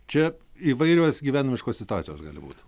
čia įvairios gyvenimiškos situacijos gali būt